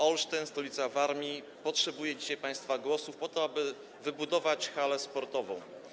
Olsztyn, stolica Warmii, potrzebuje dzisiaj państwa głosów po to, aby wybudować halę sportową.